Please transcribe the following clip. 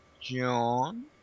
John